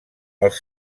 els